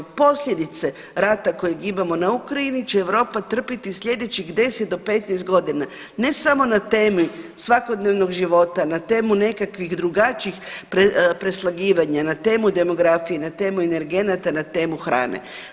Posljedice rata kojeg imamo na Ukrajini će Europa trpiti sljedeći 10 do 15 godina ne samo na temi svakodnevnog života, na temu nekakvih drugačijih preslagivanja, na temu demografije, na temu energenata, na temu hrane.